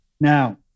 now